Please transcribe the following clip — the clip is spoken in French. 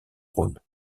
rhône